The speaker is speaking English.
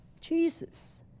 jesus